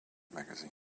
magazine